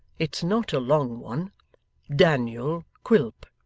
it's not a long one daniel quilp